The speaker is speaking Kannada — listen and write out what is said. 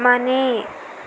ಮನೆ